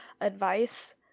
advice